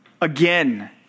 again